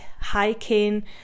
hiking